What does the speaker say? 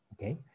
Okay